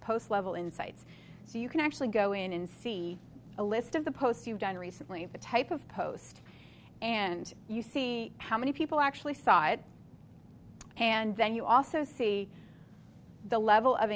post level insights so you can actually go in and see a list of the posts you've done recently the type of post and you see how many people actually saw it and then you also see the level of